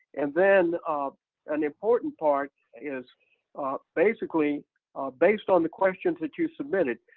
and then an important part is basically based on the questions that you submitted.